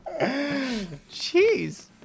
Jeez